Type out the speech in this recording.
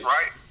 Right